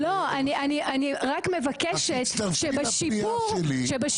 אז תצטרפי לפניה שלי.